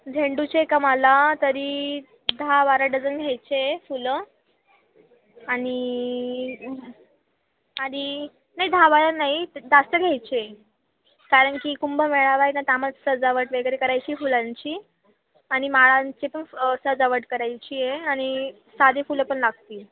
झेंडूचे एक आम्हाला तरी दहा बारा डझन घ्यायचे आहे फुलं आणि आणि नाही दहा बारा नाही जास्त घ्यायचे आहे कारण की कुंभ मेळावा आहे ना सजावट वगैरे करायची आहे फुलांची आणि माळांची पण सजावट करायची आहे आणि साधे फुलं पण लागतील